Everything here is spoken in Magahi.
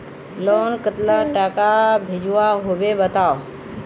लोन कतला टाका भेजुआ होबे बताउ?